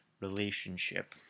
relationship